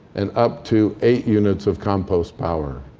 and up to eight units of compost power.